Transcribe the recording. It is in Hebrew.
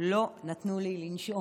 לא נתנו לי לנשום.